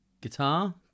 guitar